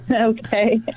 Okay